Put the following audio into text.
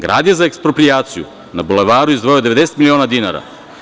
Grad je za eksproprijaciju na Bulevaru izdvojio 90 miliona dinara.